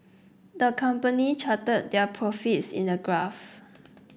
the company charted their profits in the graph